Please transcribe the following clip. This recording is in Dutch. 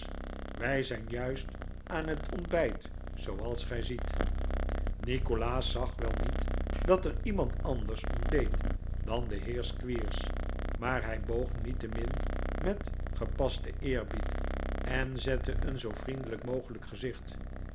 wij zijn juist aan het ontbijt zooals gij ziet nikolaas zag wel niet dat er iemand anders ontbeet dan de heer squeers maar hij boog niettemin met gepasten eerbied en zette een zoo vriendelijk mogelijk gezicht